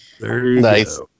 Nice